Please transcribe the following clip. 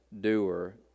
doer